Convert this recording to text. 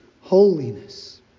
holiness